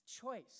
choice